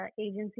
agency